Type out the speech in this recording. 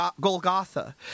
Golgotha